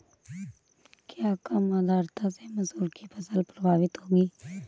क्या कम आर्द्रता से मसूर की फसल प्रभावित होगी?